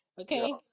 Okay